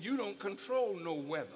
you don't control nowhere